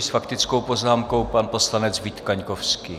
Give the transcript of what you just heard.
S faktickou poznámkou pan poslanec Vít Kaňkovský.